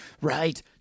Right